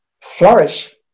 flourish